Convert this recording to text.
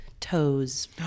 toes